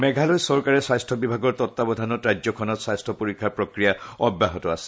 মেঘালয় চৰকাৰে স্বাস্থ্য বিভাগৰ তত্বাৱধানত ৰাজ্যখনত স্বাস্থ্য পৰীক্ষাৰ প্ৰক্ৰিয়া অব্যাহত আছে